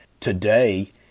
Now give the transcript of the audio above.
Today